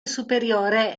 superiore